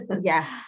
Yes